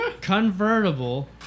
Convertible